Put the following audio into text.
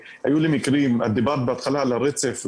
דיברת בהתחלה על הרצף.